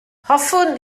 hoffwn